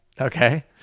Okay